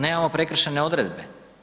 Nemamo prekršajne odredbe.